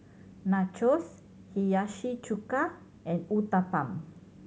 Nachos Hiyashi Chuka and Uthapam